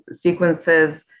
sequences